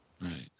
Right